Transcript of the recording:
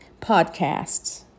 Podcasts